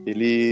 Ele